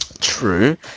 True